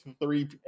three